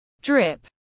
Drip